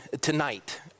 tonight